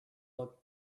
looked